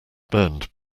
burned